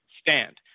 stand